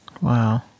Wow